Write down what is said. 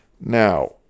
Now